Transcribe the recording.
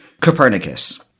Copernicus